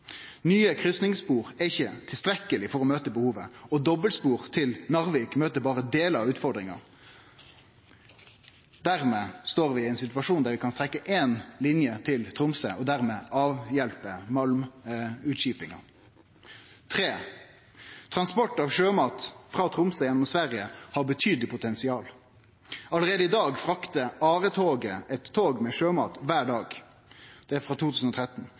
Nye kryssingsspor er ikkje tilstrekkeleg for å møte behovet, og dobbeltspor til Narvik møter berre delar av utfordringa. Dermed står vi i ein situasjon der vi kan trekkje ei linje til Tromsø og dermed avhjelpe malmutskipinga. For det tredje: Transport av sjømat frå Tromsø gjennom Sverige har betydeleg potensial. Allereie i dag fraktar ARE-toget eit tog med sjømat kvar dag – det er frå 2013.